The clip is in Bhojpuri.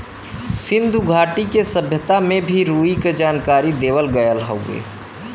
सिन्धु घाटी के सभ्यता में भी रुई क जानकारी देवल गयल हउवे